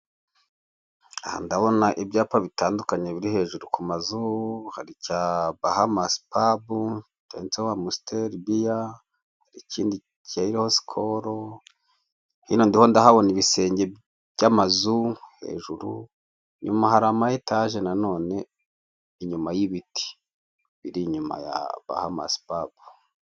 Aha ndabona ibyapa bitandukanye biri hejuru ku mazu hari icya bahamasi pabu cyanditseho amusiteri biya ikindi kiriho sikolu hino ndiho ndahabona ibisenge by'amazu hejuru, i nyuma hari ama etaje nanone inyuma y'ibiti biri inyuma ya bahamasipabu.